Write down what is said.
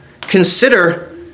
Consider